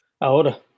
Ahora